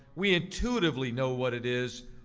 we intuitively know what it is,